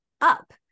up